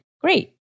great